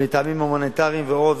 מטעמים הומניטריים ועוד.